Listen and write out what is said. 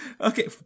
okay